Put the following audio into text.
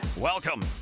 Welcome